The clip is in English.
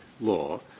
law